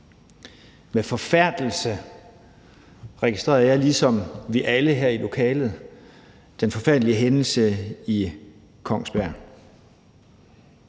Med forfærdelse registrerede jeg ligesom alle her i lokalet den forfærdelige hændelse i Kongsberg.